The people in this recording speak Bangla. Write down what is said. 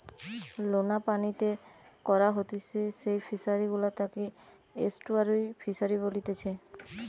লোনা পানিতে করা হতিছে যেই ফিশারি গুলা তাকে এস্টুয়ারই ফিসারী বলেতিচ্ছে